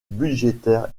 budgétaires